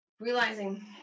realizing